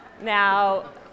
now